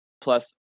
plus